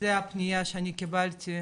זו הפניה שאני קיבלתי.